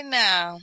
now